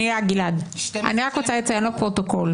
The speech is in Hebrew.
אני רק רוצה לציין לפרוטוקול,